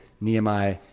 Nehemiah